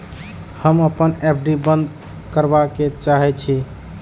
हम अपन एफ.डी बंद करबा के चाहे छी